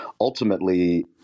Ultimately